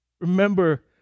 remember